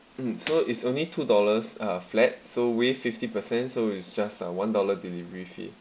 mm so it's only two dollars uh flat so waive fifty per cent so it's just a one dollar delivery fee